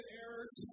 errors